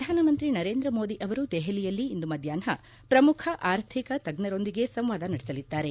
ಪ್ರಧಾನಮಂತ್ರಿ ನರೇಂದ್ರಮೋದಿ ಅವರು ದೆಹಲಿಯಲ್ಲಿ ಇಂದು ಮಧ್ವಾಷ್ನ ಪ್ರಮುಖ ಆರ್ಥಿಕ ತಜ್ಞರೊಂದಿಗೆ ಸಂವಾದ ನಡೆಸಲಿದ್ದಾರೆ